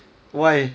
why